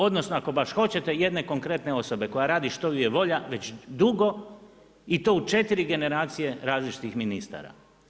Odnosno, ako baš hoćete, jedne konkretne osobe, koja radi što ju je volja, već dugo i to u 4 generacije različnih ministara.